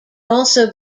also